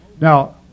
now